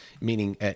meaning